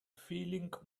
feeling